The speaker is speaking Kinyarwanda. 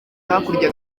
hakurya